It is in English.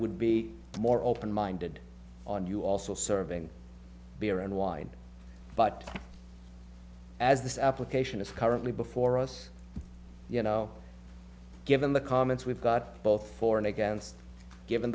would be more open minded on you also serving beer and wine but as this application is currently before us you know given the comments we've got both for and against given